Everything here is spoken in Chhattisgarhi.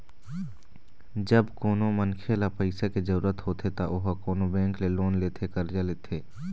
जब कोनो मनखे ल पइसा के जरुरत होथे त ओहा कोनो बेंक ले लोन लेथे करजा लेथे